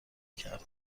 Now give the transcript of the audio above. کرد